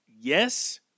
yes